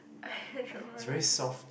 I don't know I